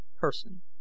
person